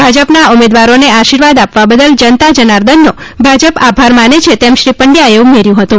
ભાજપના ઉમેદવારોને આશીર્વાદ આપવા બદલ જનતા જનાર્દનનો ભાજપ આભાર માને છે તેમ શ્રી પંડવાએ ઉમેર્યું હતું